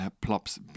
Plops